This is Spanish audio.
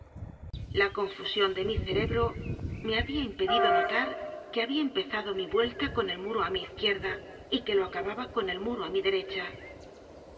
la confusión de mi cerebro me había impedido notar que habí a empezado mi vuelta con el muro á mi izquierda y que lo acababa con el muro á mi derecha